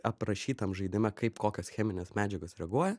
aprašyt tam žaidime kaip kokios cheminės medžiagos reaguoja